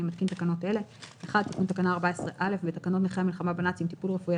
אני מתקין תקנות אלה: תיקון תקנה 14א 1. בתקנות נכי המלחמה בנאצים (טיפול רפואי),